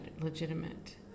legitimate